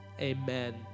amen